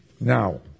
Now